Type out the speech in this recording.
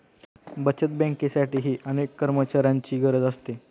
बचत बँकेसाठीही अनेक कर्मचाऱ्यांची गरज असते